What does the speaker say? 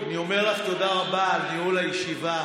אני אומר לך תודה רבה על ניהול הישיבה,